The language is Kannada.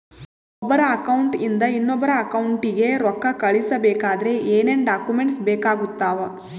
ಒಬ್ಬರ ಅಕೌಂಟ್ ಇಂದ ಇನ್ನೊಬ್ಬರ ಅಕೌಂಟಿಗೆ ರೊಕ್ಕ ಕಳಿಸಬೇಕಾದ್ರೆ ಏನೇನ್ ಡಾಕ್ಯೂಮೆಂಟ್ಸ್ ಬೇಕಾಗುತ್ತಾವ?